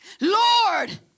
Lord